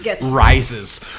rises